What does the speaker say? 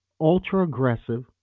ultra-aggressive